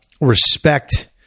respect